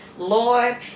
Lord